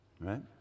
right